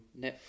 Netflix